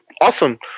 awesome